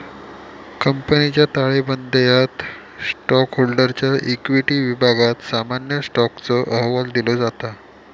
कंपनीच्या ताळेबंदयात स्टॉकहोल्डरच्या इक्विटी विभागात सामान्य स्टॉकचो अहवाल दिलो जाता